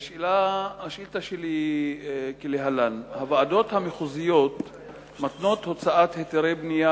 השאילתא שלי היא כדלהלן: הוועדות המחוזיות מתנות הוצאת היתרי בנייה